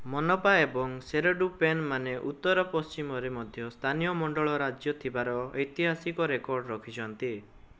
ମୋନପା ଏବଂ ଶେରଡୁକ୍ପେନ୍ମାନେ ଉତ୍ତର ପଶ୍ଚିମରେ ମଧ୍ୟ ସ୍ଥାନୀୟ ମଣ୍ଡଳ ରାଜ୍ୟ ଥିବାର ଐତିହାସିକ ରେକର୍ଡ଼ ରଖିଛନ୍ତି